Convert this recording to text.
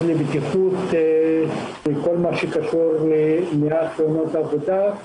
לבטיחות בכל הקשור למניעת תאונות עבודה.